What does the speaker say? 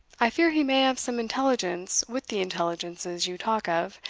i fear he may have some intelligence with the intelligences you talk of,